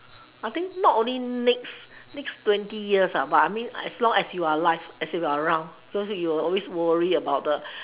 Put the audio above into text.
I think not only next next twenty years but I mean as long as you are alive as in you are around so you will always worry about the